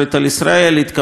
התקבלה על הדרך,